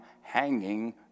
hanging